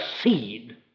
seed